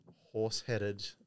Horse-headed